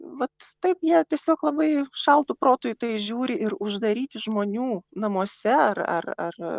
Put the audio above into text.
vat taip jie tiesiog labai šaltu protu į tai žiūri ir uždaryti žmonių namuose ar ar ar